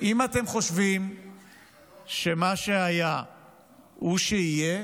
אם אתם חושבים שמה שהיה הוא שיהיה,